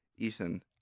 ethan